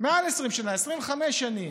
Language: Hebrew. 25 שנים,